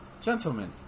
gentlemen